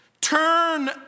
turn